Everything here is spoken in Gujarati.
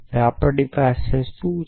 તો આપણી પાસે શું છે